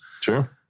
Sure